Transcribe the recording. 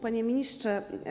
Panie Ministrze!